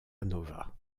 nova